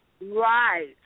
Right